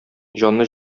җанны